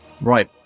Right